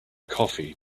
coffee